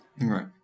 Right